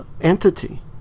entity